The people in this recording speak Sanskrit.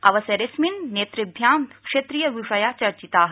अवसरेऽस्मिन् नेतृभ्यां क्षेत्रीय विषया चर्चिता